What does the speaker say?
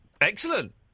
Excellent